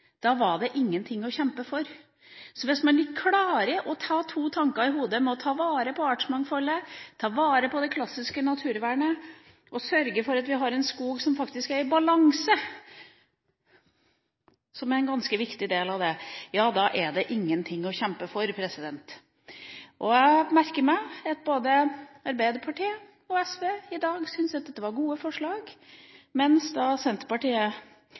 Da var det ingenting å kjempe for. Hvis man ikke klarer å ha to tanker i hodet med hensyn til å ta vare på artsmangfoldet, ta vare på det klassiske naturvernet og sørge for at vi har en skog som faktisk er i balanse, som er en ganske viktig del av det, ja da er det ingenting å kjempe for. Jeg merker meg at både Arbeiderpartiet og SV i dag syns at dette er gode forslag, mens Senterpartiet